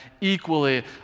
equally